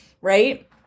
right